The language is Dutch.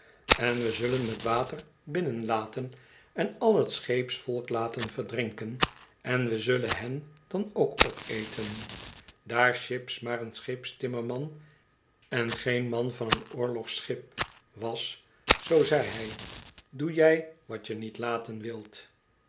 en we zullen t water binnenlaten en al t scheepsvolk laten verdrinken en we zullen hen dan ook opeten daar chips maar een scheepstimmerman en geen man van een oorlogsschip was zoo zei mj doe jij wat je niet laten wilt